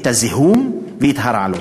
הזיהום וההרעלות.